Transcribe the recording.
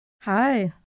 Hi